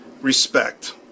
respect